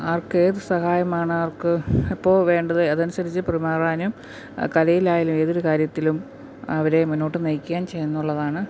ആർക്കേത് സഹായമാണ് ആർക്ക് ഇപ്പോള് വേണ്ടത് അതനുസരിച്ച് പെരുമാറാനും കലയിലായാലും ഏതൊരു കാര്യത്തിലും അവരെ മുന്നോട്ട് നയിക്കാൻ ചെയ്യുന്നുള്ളതാണ്